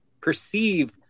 perceive